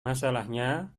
masalahnya